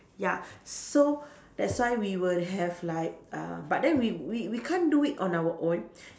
ya so that's why we would have like uh but then we we we can't do it on our own